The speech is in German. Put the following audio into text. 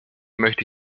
möchte